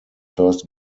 first